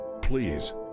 Please